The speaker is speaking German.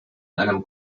einem